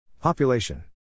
Population